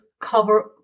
cover